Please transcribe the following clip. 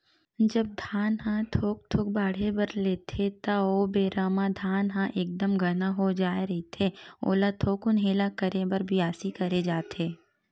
जब धान थोक थोक बाड़हे बर लेथे ता ओ बेरा म धान ह एकदम घना हो जाय रहिथे ओला थोकुन हेला करे बर बियासी करे जाथे